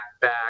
back